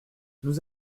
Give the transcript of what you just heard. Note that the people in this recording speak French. nous